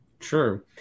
True